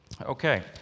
Okay